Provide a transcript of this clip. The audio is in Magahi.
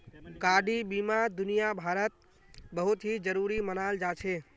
गाडी बीमा दुनियाभरत बहुत ही जरूरी मनाल जा छे